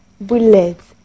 bullets